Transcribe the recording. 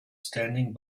standing